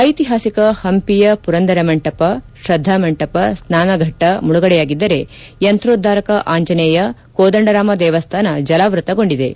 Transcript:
ಐತಿಹಾಸಿಕ ಹಂಪಿಯ ಪುರಂದರ ಮಂಟಪ ಶ್ರದ್ದಾಮಂಟಪ ಸ್ನಾನಘಟ್ಟ ಮುಳುಗಡೆಯಾಗಿದ್ದರೆ ಯಂತ್ರೋದ್ದಾರಕ ಆಂಜನೇಯ ಕೋದಂಡರಾಮ ದೇವಸ್ಥಾನ ಜಲಾವೃತಗೊಂಡಿವೆ